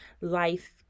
life